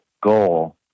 goal